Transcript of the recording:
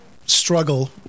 struggle